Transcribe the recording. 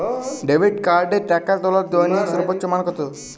Debit কার্ডে টাকা তোলার দৈনিক সর্বোচ্চ মান কতো?